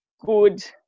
good